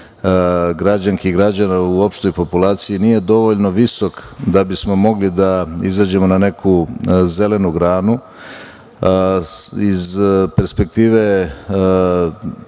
građanki i građana u opštoj populaciji nije dovoljno visok da bismo mogli da izađemo na neku zelenu granu. Iz perspektive